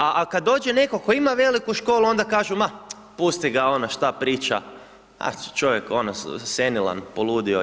A kad dođe netko tko ima veliku školu, onda kažu, ma pusti ga ono šta priča, a čovjek ono senilan, poludio itd.